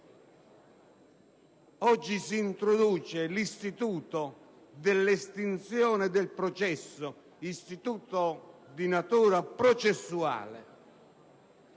Oggi si introduce l'istituto dell'estinzione del processo, un istituto di natura processuale